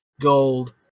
Gold